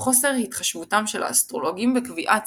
חוסר התחשבותם של האסטרולוגים בקביעת